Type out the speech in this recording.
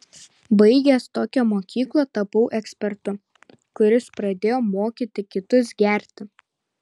baigęs tokią mokyklą tapau ekspertu kuris pradėjo mokyti kitus gerti